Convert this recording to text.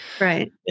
Right